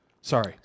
Sorry